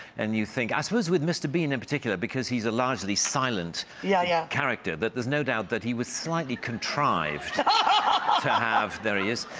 and you think, i suppose with mr. bean in particular because he's a largely silent yeah yeah character. that there's no doubt that he was slightly contrived ah there he is.